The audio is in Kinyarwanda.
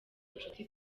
inshuti